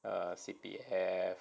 err C_P_F